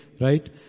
right